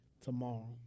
tomorrow